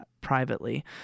privately